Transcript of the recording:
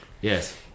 Yes